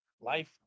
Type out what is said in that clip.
life